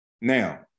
Now